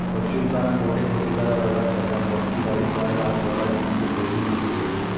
কচুরীপানা গটে ক্ষতিকারক আগাছা যা পটকি বাড়ি যায় আর জলা জমি তে প্রচুর মেলি যায়